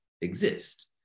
exist